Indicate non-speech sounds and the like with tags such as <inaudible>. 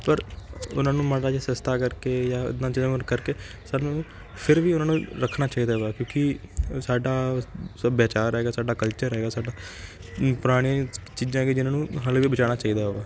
ਪਰ ਉਨ੍ਹਾਂ ਨੂੰ ਮਾੜਾ ਜਿਹਾ ਸਸਤਾ ਕਰਕੇ ਜਾਂ <unintelligible> ਕਰਕੇ ਸਾਨੂੰ ਫਿਰ ਵੀ ਉਨ੍ਹਾਂ ਨੂੰ ਰੱਖਣਾ ਚਾਹੀਦਾ ਵਾ ਕਿਉਂਕਿ ਸਾਡਾ ਸੱਭਿਆਚਾਰ ਹੈਗਾ ਸਾਡਾ ਕਲਚਰ ਹੈਗਾ ਸਾਡਾ ਪੁਰਾਣੀਆਂ ਚੀਜ਼ਾਂ ਕਿ ਜਿਨ੍ਹਾਂ ਨੂੰ ਹਾਲੇ ਵੀ ਬਚਾਉਣਾ ਚਾਹੀਦਾ ਵਾ